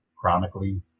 chronically